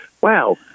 wow